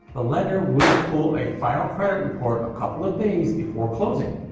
the lender will pull a final credit report a couple of days before closing.